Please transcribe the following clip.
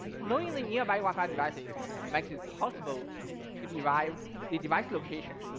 knowing the nearby wi-fi devices makes it possible to derive the device location.